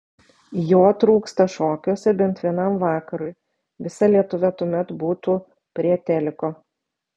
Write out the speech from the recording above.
jo trūksta šokiuose bent vienam vakarui visa lietuva tuomet būtų prie teliko